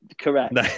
correct